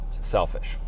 selfish